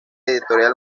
editorial